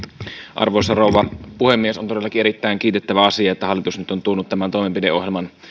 arvoisa rouva puhemies on todellakin erittäin kiitettävä asia että hallitus nyt on tuonut tämän toimenpideohjelman